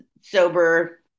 sober